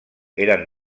eren